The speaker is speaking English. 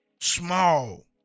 small